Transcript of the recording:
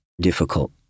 difficult